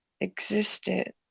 existed